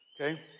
Okay